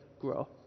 grow